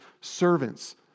servants